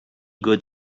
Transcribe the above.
good